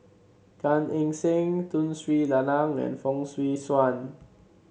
Gan Eng Seng Tun Sri Lanang and Fong Swee Suan